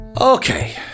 Okay